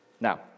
Now